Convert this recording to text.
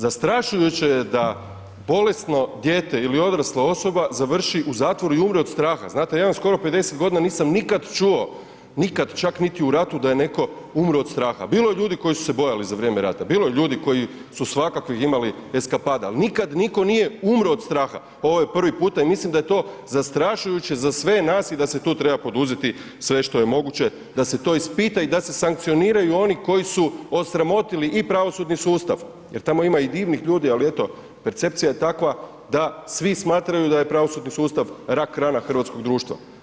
Zastrašujuće je da bolesno dijete ili odrasla osoba za vrši u zatvoru i umre od straha, znate, ja imam skoro 50 g. i nisam nikad čuo, nikad, čak niti u ratu da je netko umor od straha, bilo je ljudi koji su se bojali za vrijeme rata, bilo je ljudi koji su svakakvih imali eskapada ali nikad nitko nije umro od straha, ovo je prvi puta i mislim da je to zastrašujuće za sve nas i da se tu treba poduzeti sve što je moguće da se to ispita i da se sankcioniraju oni koji su osramotili i pravosudni sustav jer tamo i divnih ljudi ali eto, percepcija je takva da svi smatraju da je pravosudni sustav rak-rana hrvatskog društva.